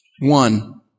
One